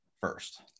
first